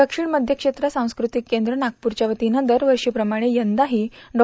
दक्षिण मध्य क्षेत्र सांस्क्रतिक केंद्र नागपूरच्या वतीनं दरवर्षी प्रमाणे यंदाही डो